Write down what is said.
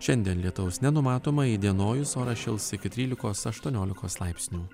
šiandien lietaus nenumatoma įdienojus oras šils iki trylikos aštuoniolikos laipsnių